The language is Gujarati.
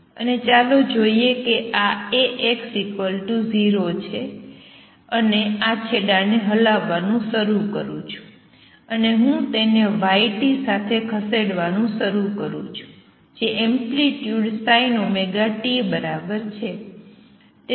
અને ચાલો જોઈએ કે આ A x 0 છે અને આ છેડાને હલાવવાનું શરૂ કરું છું અને હું તેને yt સાથે ખસેડવાનું શરૂ કરું છું જે એમ્પ્લિટ્યુડ sin t બરાબર છે